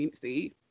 See